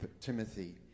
Timothy